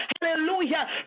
hallelujah